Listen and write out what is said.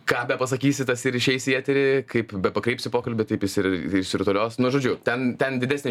ką bepasakysi tas ir išeis į eterį kaip pakreipsi pokalbį taip jis ir išsirutulios nu žodžiu ten ten didesnė